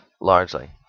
Largely